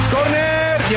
Corner